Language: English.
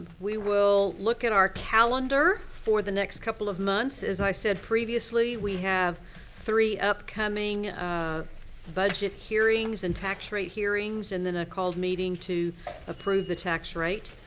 we will look at our calendar for the next couple of months. as i said previously, we have three upcoming ah budget hearings and tax rate hearings. and then a called meeting to approve the tax rate.